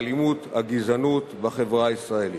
האלימות, הגזענות, בחברה הישראלית.